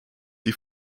die